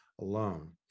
alone